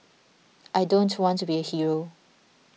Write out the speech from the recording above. I don't want to be a hero